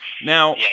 Now